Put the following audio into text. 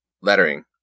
Lettering